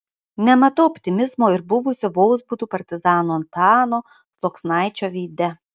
nematau optimizmo ir buvusio vozbutų partizano antano sluoksnaičio veide